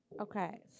Okay